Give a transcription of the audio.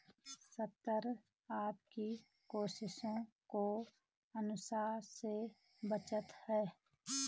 संतरा आपकी कोशिकाओं को नुकसान से बचाता है